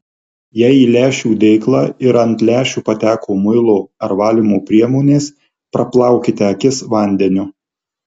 jei į lęšių dėklą ir ant lęšių pateko muilo ar valymo priemonės praplaukite akis vandeniu